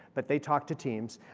but they talk to teams.